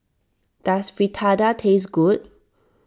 does Fritada taste good